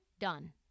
Done